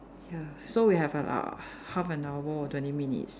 ya so we have a uh half an hour or twenty minutes